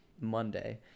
Monday